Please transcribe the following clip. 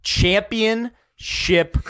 championship